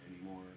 anymore